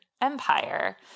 empire